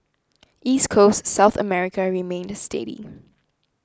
East Coast South America remained steady